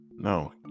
No